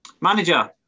Manager